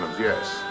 yes